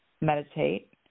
meditate